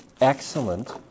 excellent